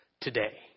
today